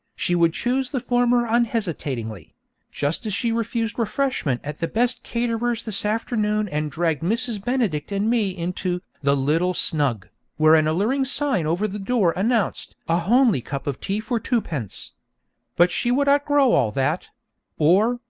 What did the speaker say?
she would choose the former unhesitatingly just as she refused refreshment at the best caterer's this afternoon and dragged mrs. benedict and me into the little snug where an alluring sign over the door announced a homely cup of tea for twopence but she would outgrow all that or,